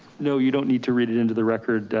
no, you don't need to read it into the record.